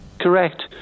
Correct